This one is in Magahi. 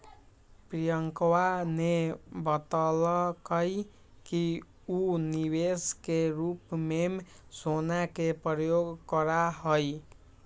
प्रियंकवा ने बतल कई कि ऊ निवेश के रूप में सोना के प्रयोग करा हई